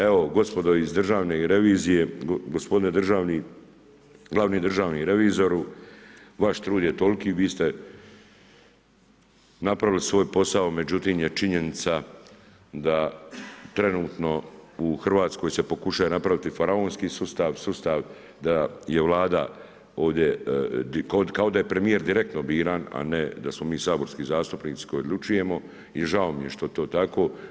Evo, gospodo iz Državne revizije, gospodine glavni državni revizoru, vaš je trud je toliki, vi ste napravili svoj posao, međutim je činjenica da trenutno u RH se pokušava napraviti faraonski sustav, sustav da je Vlada ovdje, kao da je premijer direktno biran, a ne da smo mi saborski zastupnici koji odlučujemo i žao mi je što je to tako.